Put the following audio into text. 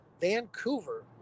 Vancouver